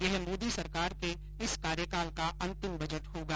यह मोदी सरकार के इस कार्यकाल का अंतिम बजट होगा